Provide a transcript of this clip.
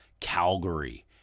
Calgary